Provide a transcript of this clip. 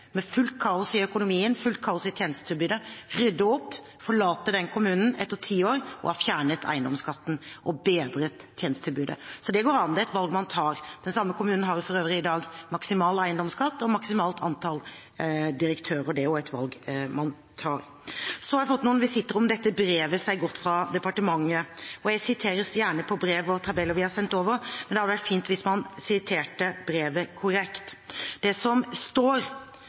med fullt kaos i økonomien og fullt kaos i tjenestetilbudet, rydde opp, forlate den kommunen etter ti år og ha fjernet eiendomsskatten og bedret tjenestetilbudet. Det går an, det er et valg man tar. Den samme kommunen har for øvrig i dag maksimal eiendomsskatt og maksimalt antall direktører. Det er også et valg man tar. Så har jeg fått noen visitter om dette brevet som har gått fra departementet. Jeg siteres gjerne på brev og tabeller vi har sendt over, men det hadde vært fint hvis man siterte brevet korrekt. Det som står,